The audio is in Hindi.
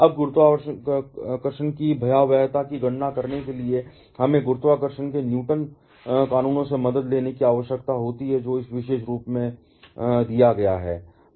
अब गुरुत्वाकर्षण की भयावहता की गणना करने के लिए हमें गुरुत्वाकर्षण के न्यूटन कानूनों से मदद लेने की आवश्यकता है जो इस विशेष रूप द्वारा दिया गया है